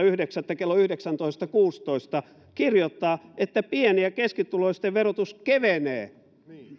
yhdeksättä kello yhdeksäntoista kuusitoista kirjoittaa että pieni ja keskituloisten verotus kevenee